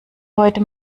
heute